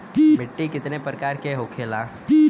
मिट्टी कितने प्रकार के होखेला?